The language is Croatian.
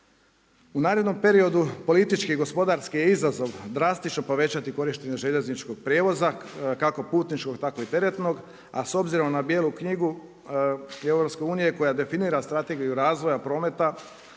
U narednom periodu politički i gospodarski je izazov drastično povećati korištenje željezničkog prijevoza kako putničkog tako i teretnog, a s obzirom na Bijelu knjigu EU-a koja definira strategiju razvoja prometa